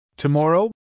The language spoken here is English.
Tomorrow